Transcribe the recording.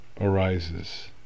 arises